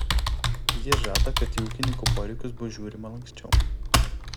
jis žada kad į ūkininkų poreikius bus žiūrima lanksčiau